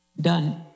done